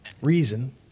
reason